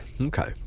Okay